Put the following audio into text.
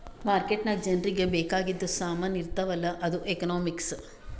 market ನಾಗ್ ಜನರಿಗ ಬೇಕ್ ಆಗಿದು ಸಾಮಾನ್ ಇರ್ತಾವ ಅಲ್ಲ ಅದು ಎಕನಾಮಿಕ್ಸ್